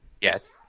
Yes